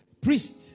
priest